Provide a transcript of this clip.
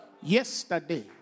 Yesterday